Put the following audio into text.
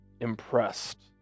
impressed